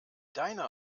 deine